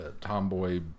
tomboy